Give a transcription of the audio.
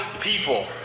people